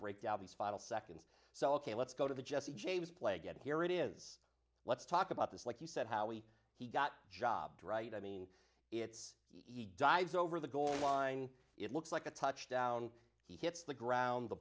break down these final seconds so ok let's go to the jesse james play get here it is let's talk about this like you said how we he got jobbed right i mean it's dives over the goal line it looks like a touchdown he hits the ground the